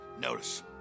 notice